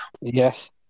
Yes